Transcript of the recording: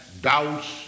doubts